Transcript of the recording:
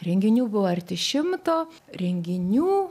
renginių buvo arti šimto renginių